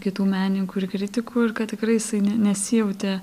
kitų menininkų ir kritikų ir kad tikrai jisai ne nesijautė